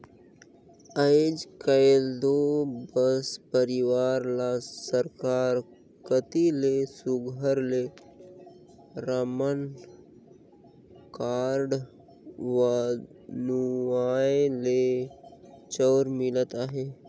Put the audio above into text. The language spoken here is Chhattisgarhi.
आएज काएल दो सब परिवार ल सरकार कती ले सुग्घर ले रासन कारड बनुवाए के चाँउर मिलत अहे